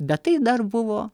bet tai dar buvo